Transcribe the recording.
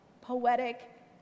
poetic